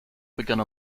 begann